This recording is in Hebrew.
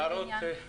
הערות.